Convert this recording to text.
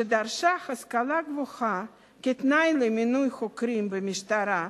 שדרשה השכלה גבוהה כתנאי למינוי חוקרים במשטרה,